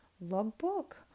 logbook